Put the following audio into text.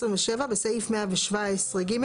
(27א) בסעיף 117(ג),